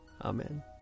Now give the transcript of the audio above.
Amen